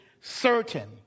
certain